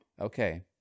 Okay